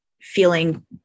feeling